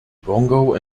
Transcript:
bongo